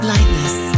Lightness